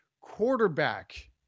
quarterback